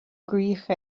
gcrích